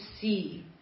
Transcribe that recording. see